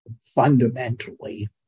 fundamentally